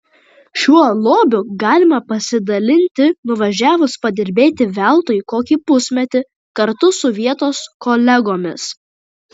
šiuo lobiu galima pasidalinti nuvažiavus padirbėti veltui kokį pusmetį kartu su vietos kolegomis